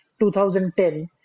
2010